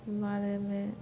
बारेमे